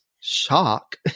Shock